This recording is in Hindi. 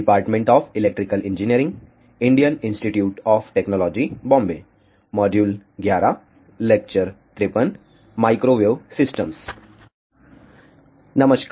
नमस्कार